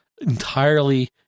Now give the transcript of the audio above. entirely